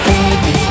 Baby